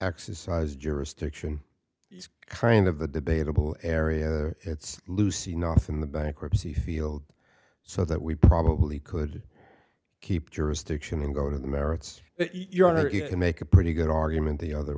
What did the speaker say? exercise jurisdiction kind of the debatable area it's lucy nothin the bankruptcy field so that we probably could keep jurisdiction and go to the merits your honor you can make a pretty good argument the other